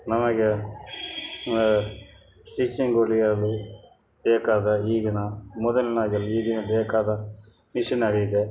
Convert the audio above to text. ನಮಗೆ ಸ್ಟಿಚಿಂಗ್ ಹೊಲಿಯಲು ಬೇಕಾದ ಈಗಿನ ಮೊದಲಿನ್ಹಾಗೆ ಅಲ್ಲ ಈಗ ಬೇಕಾದ ಮಿಷಿನರಿ ಇದೆ